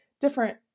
different